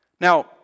Now